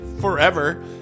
forever